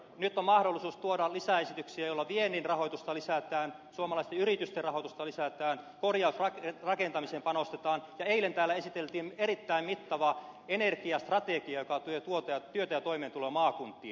nyt on mahdollisuus tuoda lisäesityksiä joilla viennin rahoitusta lisätään suomalaisten yritysten rahoitusta lisätään korjausrakentamiseen panostetaan ja eilen täällä esiteltiin erittäin mittava energiastrategia joka tuo työtä ja toimeentuloa maakuntiin